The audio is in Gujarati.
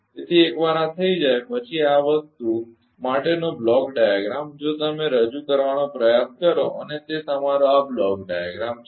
તેથી એકવાર આ થઈ જાય પછી આ વસ્તુ માટેનો બ્લોક ડાયાગ્રામ જો તમે રજૂ કરવાનો પ્રયાસ કરો અને તે તમારો આ બ્લોક ડાયાગ્રામ છે